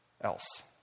else